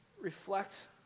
reflect